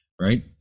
right